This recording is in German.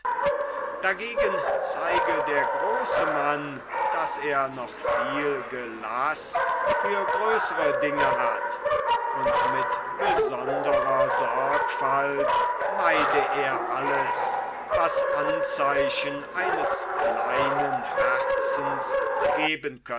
dagegen zeige der große mann daß er noch viel gelaß für größere dinge hat und mit besondrer sorgfalt meide er alles was anzeichen eines kleinen herzens geben